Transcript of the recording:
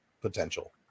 potential